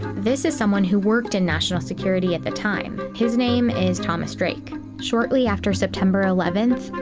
this is someone who worked in national security at the time. his name is thomas drake. shortly after september eleventh,